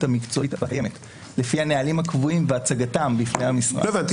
המקצועית הקיימת לפי הנהלים הקבועים והצגתם בפני המשרד --- לא הבנתי.